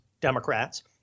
Democrats